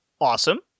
awesome